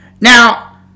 Now